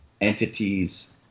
entities